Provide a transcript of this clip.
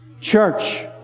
Church